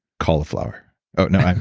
cauliflower oh no,